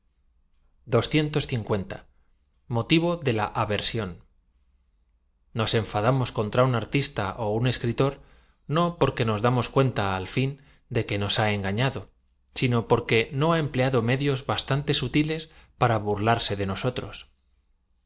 de la aversión kos enfadamos contra un artista ó un escritor qo porque nos damos cuenta al fin de que nos ha enga fiado sino porque no ha empleado medios bastante butiles para burlarse de nosotros